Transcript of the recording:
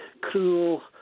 cruel